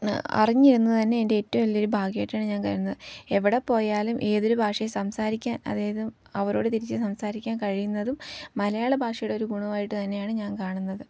അറിഞ്ഞിരുന്നതു തന്നെ എൻ്റെ ഏറ്റവും വലിയൊരു ഭാഗ്യമായിട്ടാണ് ഞാൻ കരുതുന്നത് എവിടെ പോയാലും ഏതൊരു ഭാഷ സംസാരിക്കാൻ അതായത് അവരോട് തിരിച്ചു സംസാരിക്കാൻ കഴിയുന്നതും മലയാള ഭാഷയുടെ ഒരു ഗുണമായിട്ടു തന്നെയാണ് ഞാൻ കാണുന്നത്